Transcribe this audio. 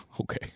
Okay